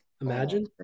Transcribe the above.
Imagine